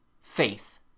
Faith